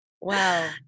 Wow